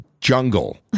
Jungle